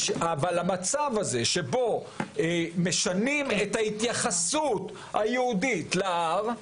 המצב הזה שבו משנים את ההתייחסות היהודית להר,